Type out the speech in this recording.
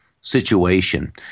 situation